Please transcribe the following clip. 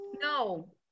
No